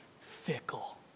fickle